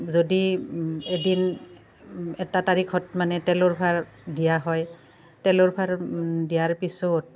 যদি এদিন এটা তাৰিখত মানে তেলৰ ভাৰ দিয়া হয় তেলৰ ভাৰ দিয়াৰ পিছত